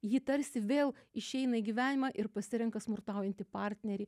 ji tarsi vėl išeina į gyvenimą ir pasirenka smurtaujantį partnerį